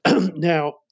Now